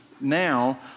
now